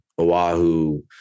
Oahu